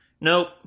nope